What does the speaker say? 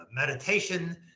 meditation